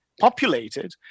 populated